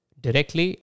directly